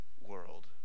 world